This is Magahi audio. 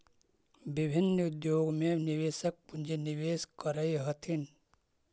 विभिन्न उद्योग में निवेशक पूंजी निवेश करऽ हथिन